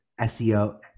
seo